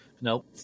Nope